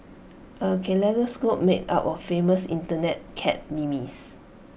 A kaleidoscope made up of famous Internet cat memes